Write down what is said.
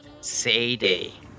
Sadie